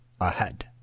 ahead